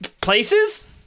places